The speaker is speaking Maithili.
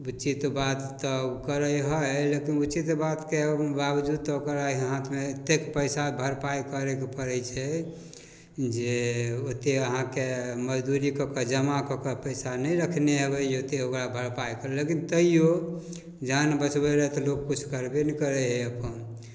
उचित बात तऽ करै हइ लेकिन उचित बातके बावजूद तऽ ओकरा हाथमे एतेक पइसा भरपाइ करैके पड़ै छै जे ओतेक अहाँके मजदूरी कऽ कऽ जमा कऽ कऽ पइसा नहि रखने हेबै जे ओतेक ओकरा भरपाइके लेल लेकिन तैओ जान बचबैलए तऽ लोक किछु करबे ने करै हइ अपन